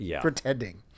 pretending